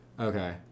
Okay